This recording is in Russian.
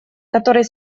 который